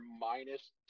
minus